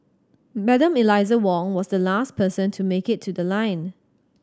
Madam Eliza Wong was the last person to make it to the line